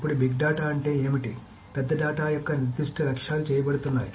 ఇప్పుడు big data అంటే ఏమిటి పెద్ద డేటా యొక్క నిర్దిష్ట లక్షణాలు చేయబడుతున్నాయి